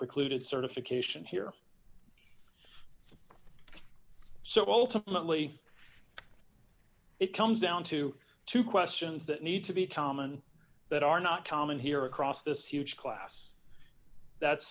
precluded certification here so ultimately it comes down to two questions that need to be common that are not common here across this huge class that's